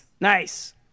Nice